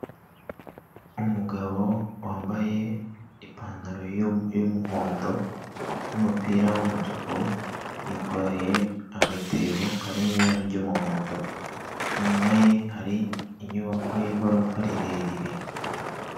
Umugabo wambaye ipantaro y'umuhondo n'umupira w'umutuku, yikoreye agatebo kari mu ibara ry'umuhondo, inyuma ye hari inyubako y'igorofa rirerire.